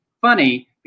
Funny